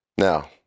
Now